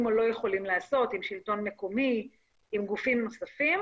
או לא יכולים לעשות עם שלטון מקומי וגופים נוספים,